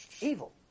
Evil